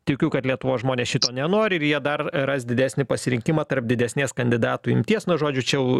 tikiu kad lietuvos žmonės šito nenori ir jie dar ras didesnį pasirinkimą tarp didesnės kandidatų imties nuo žodžiu čia jau